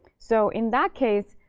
so in that case,